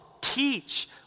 teach